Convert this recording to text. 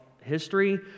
history